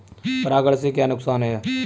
परागण से क्या क्या नुकसान हैं?